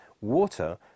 water